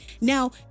Now